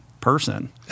person